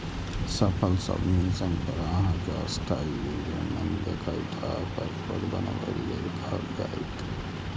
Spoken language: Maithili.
सफल सबमिशन पर अहां कें अस्थायी यूजरनेम देखायत आ पासवर्ड बनबै लेल कहल जायत